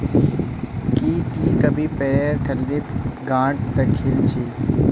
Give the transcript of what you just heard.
की टी कभी पेरेर ठल्लीत गांठ द खिल छि